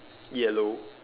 yellow